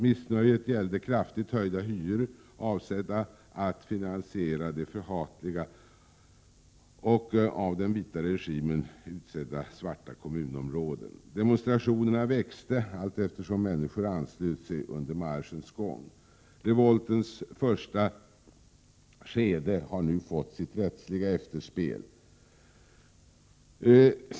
Missnöjet gällde kraftigt höjda hyror avsedda att finansiera de förhatliga och av den vita regimen utsedda svarta kommunråden. Demonstrationerna växte allteftersom människor anslöt sig under marschens gång. Revoltens första skede har nu fått sitt rättsliga efterspel.